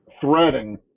threading